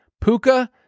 Puka